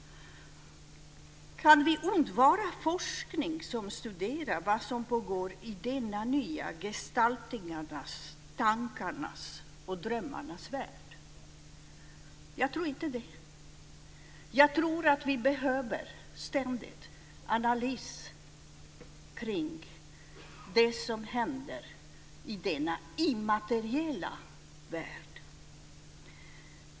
Kan vi undvara forskning som studerar vad som pågår i denna nya gestaltningarnas, tankarnas och drömmarnas värld? Jag tror inte det. Jag tror att vi ständigt behöver analys kring det som händer i denna immateriella värld.